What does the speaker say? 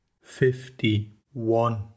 fifty-one